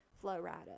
Florida